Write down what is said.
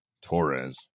Torres